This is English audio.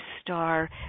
star